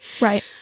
Right